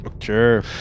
Sure